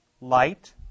Light